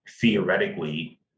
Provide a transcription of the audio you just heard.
theoretically